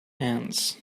ends